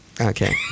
Okay